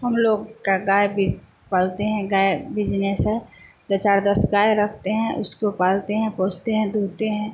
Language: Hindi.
हम लोग का गाय भी पालते हैं गाय बिजनेस है दो चार दस गाय रखते हैं उसको पालते हैं पोसते हैं दुहते हैं